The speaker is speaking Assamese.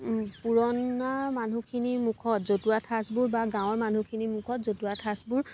পুৰণা মানুহখিনিৰ মুখত জতুৱা ঠাঁচবোৰ বা গাঁৱৰ মানুহখিনিৰ মুখত জতুৱা ঠাঁচবোৰ